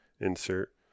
insert